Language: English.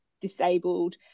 disabled